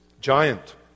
giant